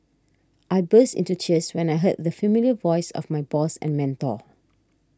I burst into tears when I heard the familiar voice of my boss and mentor